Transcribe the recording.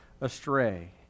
astray